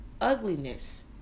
ugliness